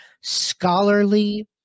scholarly